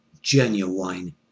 genuine